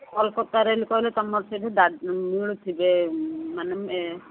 କଲକତାରେ ହେଲେ କହିଲେ ତୁମର ସେଇଠି ମିଳୁଥିବେ ମାନେ